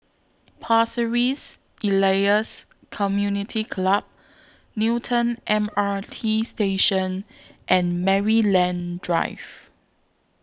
Pasir Ris Elias Community Club Newton M R T Station and Maryland Drive